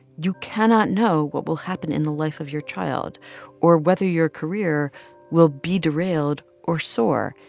you cannot know what will happen in the life of your child or whether your career will be derailed or soar.